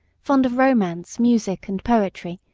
fond of romance, music and poetry,